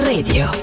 Radio